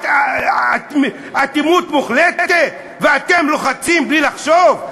אטימות מוחלטת, ואתם לוחצים בלי לחשוב?